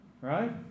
Right